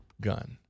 gun